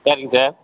சரிங்க சார்